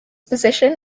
position